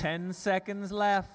ten seconds left